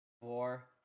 war